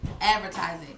advertising